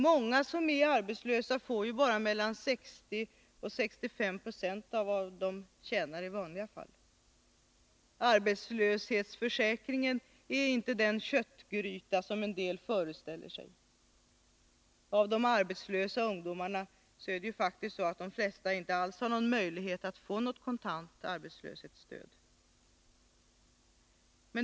Många som är arbetslösa får bara mellan 60 och 65 96 av vad de tjänar i vanliga fall. Arbetslöshetsförsäkringen är inte den köttgryta som en del föreställer sig. Av de arbetslösa ungdomarna har faktiskt de flesta inte alls möjlighet att få något kontant arbetslöshetsstöd.